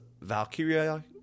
Valkyria